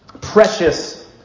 precious